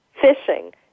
fishing